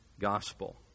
gospel